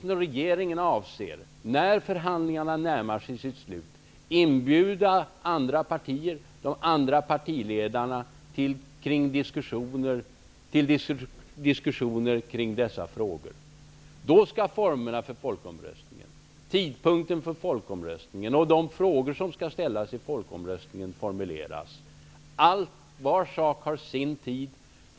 När förhandlingarna närmar sig sitt slut avser regeringen och statsministern att inbjuda de övriga partiledarna till diskussioner. Då skall formerna för folkomröstningen och tidpunkten fastställas och de frågor som skall ställas formuleras. Var sak har sin tid.